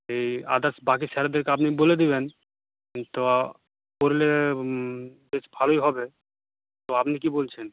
এই আদার্স বাকি স্যারেদেরকে আপনি বলে দেবেন তো করলে বেশ ভালোই হবে তো আপনি কী বলছেন